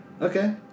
okay